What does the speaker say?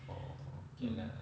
oh okay lah